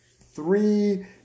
three